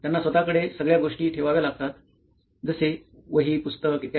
त्यांना स्वतःकडे सगळ्या गोष्टी ठेवाव्या लागतात जसे वही पुस्तक ई